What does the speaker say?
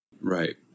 Right